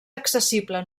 accessible